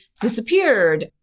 disappeared